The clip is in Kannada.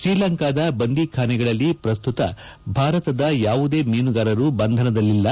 ಶ್ರೀಲಂಕಾದ ಬಂದಿಖಾನೆಗಳಲ್ಲಿ ಪ್ರಸ್ತುತ ಯಾವುದೇ ಮೀನುಗಾರರು ಬಂಧನದಲ್ಲಿಲ್ಲ